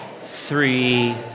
three